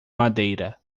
madeira